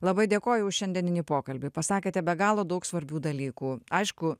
labai dėkoju už šiandieninį pokalbį pasakėte be galo daug svarbių dalykų aišku